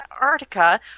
Antarctica